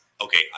okay